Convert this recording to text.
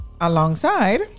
alongside